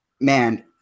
man